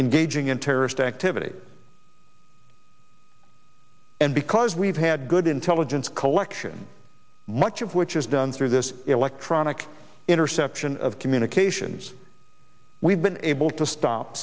engaging in terrorist activity and because we've had good intelligence collection much of which is done through this electronic interception of communications we've been able to stop